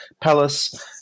Palace